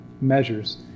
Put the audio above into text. measures